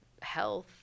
health